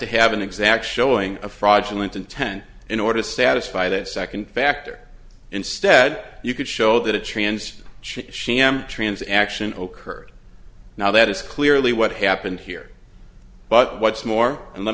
to have an exact showing a fraudulent intent in order to satisfy that second factor instead you could show that a trans am transaction ocurred now that is clearly what happened here but what's more and let